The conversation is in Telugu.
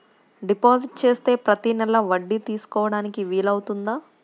డిపాజిట్ చేస్తే ప్రతి నెల వడ్డీ తీసుకోవడానికి వీలు అవుతుందా?